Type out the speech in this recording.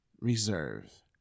reserve